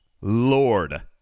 Lord